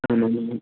ஆமாம்